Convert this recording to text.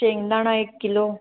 शेंगदाणा एक किलो